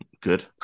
good